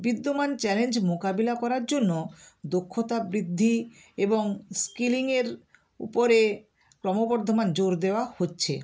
বিদ্যমান চ্যালেঞ্জ মোকাবিলা করার জন্য দক্ষতা বৃদ্ধি এবং স্কিলিংয়ের উপরে ক্রমবর্ধমান জোর দেওয়া হচ্ছে